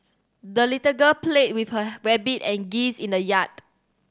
the little girl played with her rabbit and geese in the yard